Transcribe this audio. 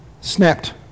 snapped